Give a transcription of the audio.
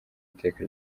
iteka